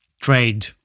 trade